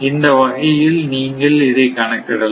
இந்த வகையில் நீங்கள் இதை கணக்கிடலாம்